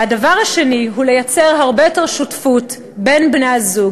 והדבר השני הוא לייצר הרבה יותר שותפות בין בני-הזוג,